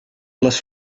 les